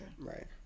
right